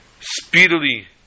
speedily